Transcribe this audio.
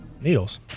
Needles